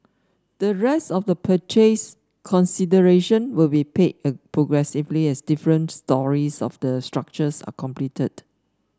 the rest of the purchase consideration will be paid progressively as different storeys of the structures are completed